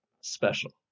special